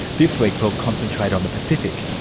this week we'll concentrate on the pacific.